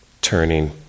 Turning